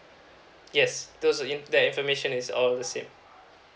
yes those are in there the information is all the same